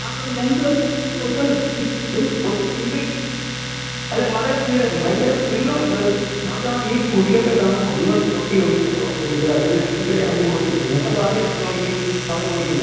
മാത്രമല്ല എന്ത് എന്തൊരു ഈ ഒരു ഒരു സ്പീഡ് ഇത് വളരെ സ്പീഡാണ് ഭയങ്കരം സ്പീഡും ഉണ്ട് മാത്രമല്ല ഈ കുഴിയൊക്കെ കാണുമ്പോൾ ഒന്ന് ചവിട്ടി ഒന്ന് സ്ലോ ചെയ്ത് അല്ലെങ്കിൽ അങ്ങനെയൊക്കെ അല്ലേ വണ്ടി ഓടിക്കേണ്ടത് നിങ്ങൾ എന്താണ് ആദ്യം ആയിട്ടാണോ ഈ പകൽ ഓടിക്കുന്നത്